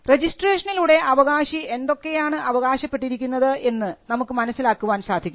രജിസ്ട്രേഷനിലൂടെ അവകാശി എന്തൊക്കെയാണ് അവകാശപ്പെട്ടിരുന്നത് എന്ന് നമുക്ക് മനസ്സിലാക്കുവാൻ സാധിക്കും